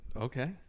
Okay